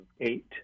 eight